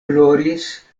ploris